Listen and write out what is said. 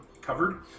covered